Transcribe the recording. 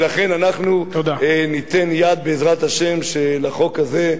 ולכן אנחנו ניתן יד, בעזרת השם, לחוק הזה,